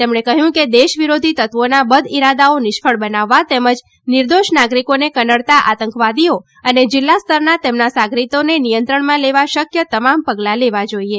તેમણે કહ્યું કે દેશ વિરોધ તત્વોના બદઇરાદાઓ નિષ્ફળ બનાવવા તેમજ નિર્દોષ નાગરિકોને કનડતા આતંકવાદીઓ અને જિલ્લા સ્તરના તેમના સાગરિતોને નિયંત્રણમાં લેવા શક્ય તમામ પગલાં લેવા જોઈએ